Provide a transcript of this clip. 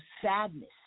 sadness